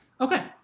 Okay